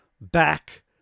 back